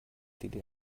ddr